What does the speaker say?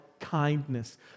kindness